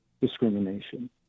discrimination